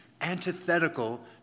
antithetical